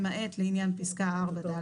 למעט לעניין פסקה 4(ד)